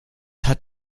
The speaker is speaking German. hat